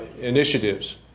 initiatives